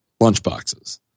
lunchboxes